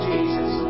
Jesus